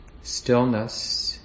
stillness